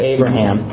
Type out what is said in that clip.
Abraham